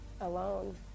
Alone